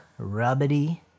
Rubbity